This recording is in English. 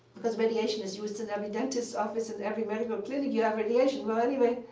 because, radiation is used in every dentist's office and every medical clinic, you have radiation. well, anyway,